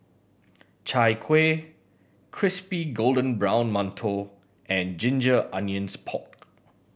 Chai Kueh crispy golden brown mantou and ginger onions pork